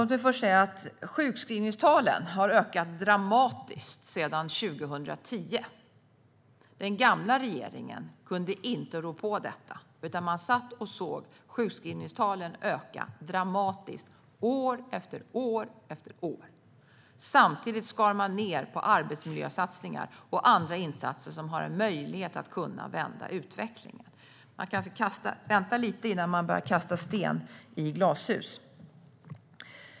Låt mig först säga att sjukskrivningstalen har ökat dramatiskt sedan 2010. Den gamla regeringen kunde inte rå på detta, utan satt och såg sjukskrivningstalen öka dramatiskt, år efter år efter år. Samtidigt skar regeringen ned på arbetsmiljösatsningar och andra insatser som har möjlighet att vända utvecklingen. Man ska inte kasta sten i glashus.